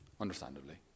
understandably